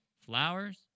Flowers